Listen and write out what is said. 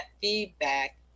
feedback